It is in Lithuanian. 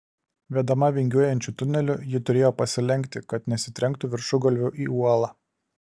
vedama vingiuojančiu tuneliu ji turėjo pasilenkti kad nesitrenktų viršugalviu į uolą